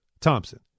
Thompson